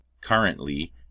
currently